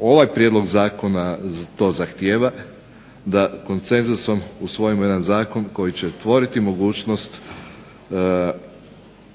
ovaj Prijedlog zakona to zahtijeva da konsenzusom usvojimo jedan Zakon koji će otvoriti mogućnost